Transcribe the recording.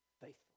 faithfully